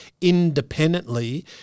independently